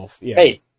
Hey